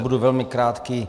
Budu velmi krátký.